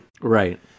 right